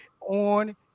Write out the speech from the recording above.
on